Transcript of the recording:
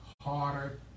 harder